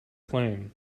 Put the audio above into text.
claim